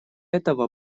этого